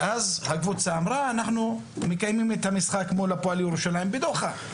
ואז הקבוצה אמרה: אנחנו מקיימים את המשחק מול הפועל ירושלים בדוחה.